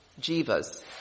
jivas